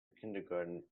kindergarten